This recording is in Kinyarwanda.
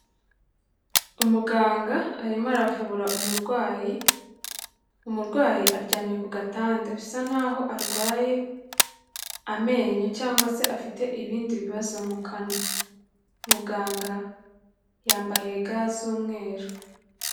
Umuganga arimo aravura umurwayi, umurwayi aryamye ku gatanda bisa naho arwaye amenyo cyangwa se afite ibindi bibazo mu kanwa, muganga yambaye ga z'umweru.